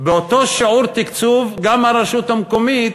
באותו שיעור גם הרשות המקומית